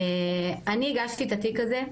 אני הגשתי את התיק הזה,